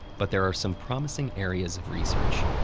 but there are some promising areas of research.